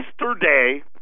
Yesterday